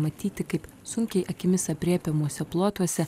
matyti kaip sunkiai akimis aprėpiamose plotuose